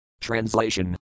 Translation